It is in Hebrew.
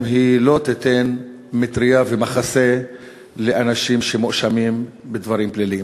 אם היא לא תיתן מטרייה ומחסה לאנשים שמואשמים בדברים פליליים.